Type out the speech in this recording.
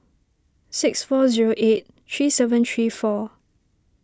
six four zero eight three seven three four